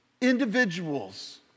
individuals